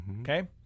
Okay